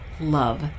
love